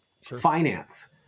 finance